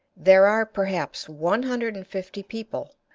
there are perhaps one hundred and fifty people,